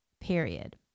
period